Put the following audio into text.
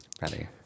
Ready